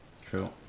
true